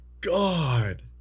god